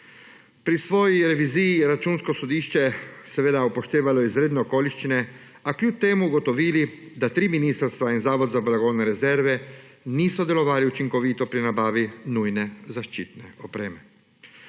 Pri svoji reviziji je Računsko sodišče seveda upoštevalo izredne okoliščine, a kljub temu so ugotovili, da tri ministrstva in Zavod za blagovne rezerve niso delovali učinkovito pri nabavi nujne zaščitne opreme.